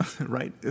right